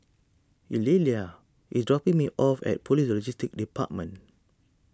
Eulalia is dropping me off at Police Logistics Department